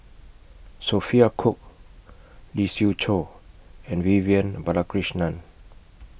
Sophia Cooke Lee Siew Choh and Vivian Balakrishnan